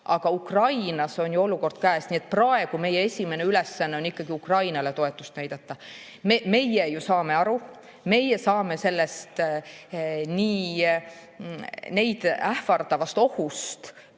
Aga Ukrainas on ju olukord käes ja praegu on meie esimene ülesanne ikkagi Ukrainale toetust näidata. Meie ju saame aru – meie saame sellest nii neid ähvardavast ohust